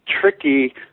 tricky